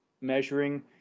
measuring